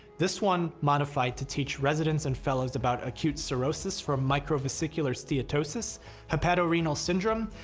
this one modified to teach residents and fellows about acute cirrhosis from microvesicular steatosis hepatorenal syndrome,